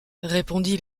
répondit